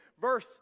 verse